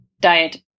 diet